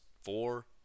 four